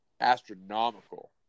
astronomical